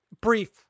Brief